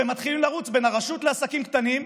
והם מתחילים לרוץ בין הרשות לעסקים קטנים,